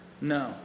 No